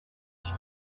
you